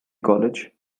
college